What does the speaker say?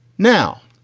now,